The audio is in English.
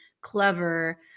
clever